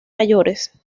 mayores